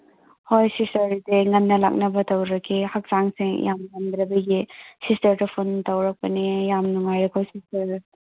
ꯍꯣꯏ ꯁꯤꯁꯇꯔ ꯑꯗꯨꯗꯤ ꯑꯩ ꯉꯟꯅ ꯂꯥꯛꯅꯕ ꯇꯧꯔꯒꯦ ꯍꯛꯆꯥꯡꯁꯦ ꯌꯥꯝ ꯉꯝꯗꯕꯒꯤ ꯁꯤꯁꯇꯔꯗ ꯐꯣꯟ ꯇꯧꯔꯛꯄꯅꯦ ꯌꯥꯝ ꯅꯨꯉꯥꯏꯔꯦꯀꯣ ꯁꯤꯁꯇꯔ